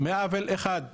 מעוול אחד,